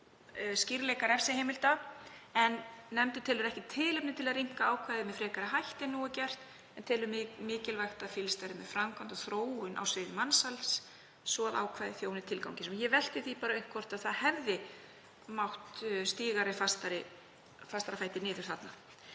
skýrleika refsiheimilda en nefndin telur ekki tilefni til að rýmka ákvæðið með frekari hætti en nú er gert en telur mikilvægt að fylgst sé með framkvæmd og þróun á sviði mansals svo ákvæðið þjóni tilgangi sínum. Ég velti því bara upp hvort það hefði mátt stíga fastar til jarðar þarna.